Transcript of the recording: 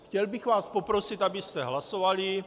Chtěl bych vás poprosit, abyste hlasovali.